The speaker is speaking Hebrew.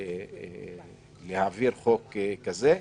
להעביר חוק כזה.